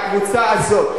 הקבוצה הזאת,